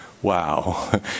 Wow